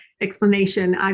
explanation